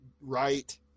right